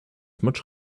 much